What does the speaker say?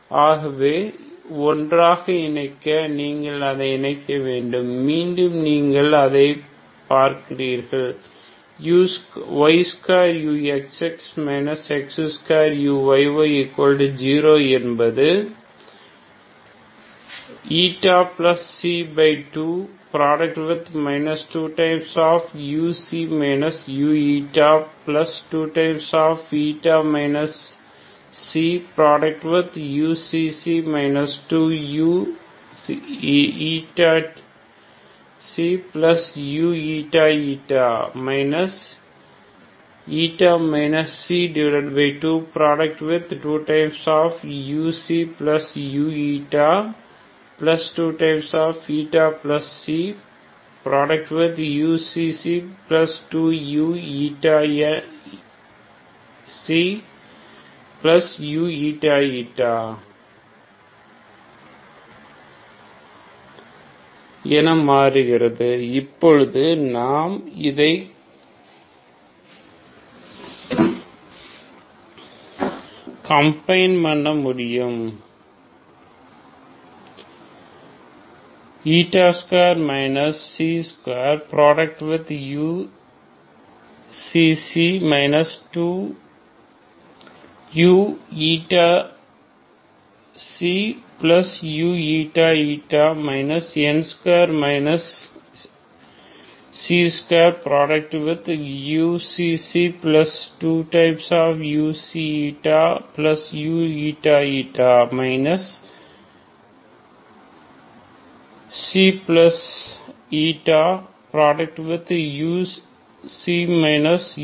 எனவே ஒன்றாக இணைக்க நீங்கள் அதை இணைக்க வேண்டும் மற்றும் நீங்கள் அதைப் பார்க்கிறீர்கள் y2uxx x2uyy0 என்பது 2 2u u2 uξξ 2uηξuηη 22uu2uξξ2uξηuηη0என மாறுகிறது இப்பொழுது நாம் இதை காம்பைன் பன்ன முடியும் 2 2uξξ 2uηξuηη 2 2uξξ2uξηuηη ξηu uη ξu u0